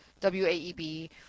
W-A-E-B